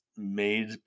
made